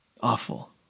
Awful